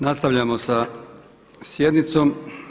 Nastavljamo sa sjednicom.